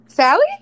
Sally